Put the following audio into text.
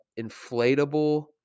inflatable